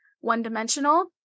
one-dimensional